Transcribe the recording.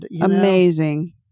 Amazing